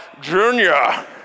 Junior